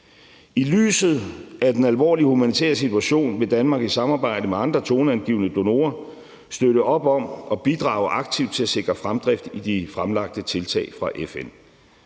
I lyset af den alvorlige humanitære situation vil Danmark i samarbejde med andre toneangivende donorer støtte op om og bidrage aktivt til at sikre fremdrift i de fremlagte tiltag fra FN.